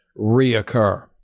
reoccur